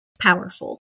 powerful